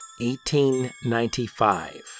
1895